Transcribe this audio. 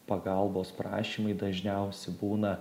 pagalbos prašymai dažniausi būna